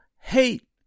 hate